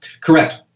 Correct